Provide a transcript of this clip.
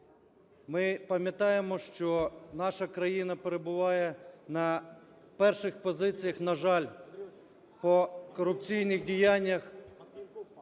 Ми пам'ятаємо, що наша країна перебуває на перших позиціях, на жаль, по корупційних діяннях